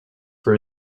for